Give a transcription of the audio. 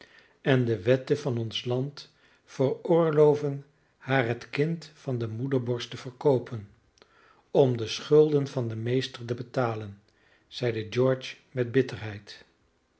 en de wetten van ons land veroorloven haar het kind van de moederborst te verkoopen om de schulden van den meester te betalen zeide george met bitterheid